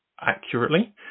accurately